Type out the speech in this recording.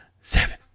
seven